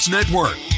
Network